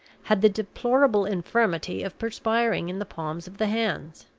had the deplorable infirmity of perspiring in the palms of the hands.